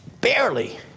barely